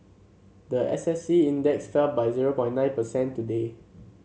the S S E Index fell by zero point nine percent today